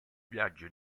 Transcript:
viaggio